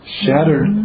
shattered